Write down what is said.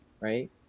Right